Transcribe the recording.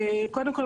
קודם כל,